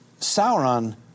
Sauron